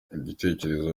igitekerezo